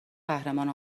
قهرمان